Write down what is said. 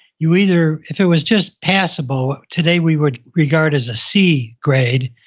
you either, if it was just passable, today we would regard as a c grade.